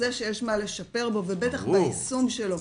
זה שיש מה לשפר בו ובטח ביישום שלו,